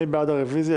מי בעד הרביזיה?